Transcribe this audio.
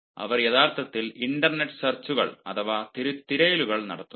അവർ യഥാർത്ഥത്തിൽ ഇന്റർനെറ്റ് സെർച്ചുകൾ അഥവാ തിരയലുകൾ നടത്തുന്നു